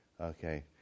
Okay